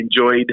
enjoyed